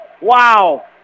wow